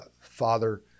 father